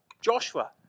Joshua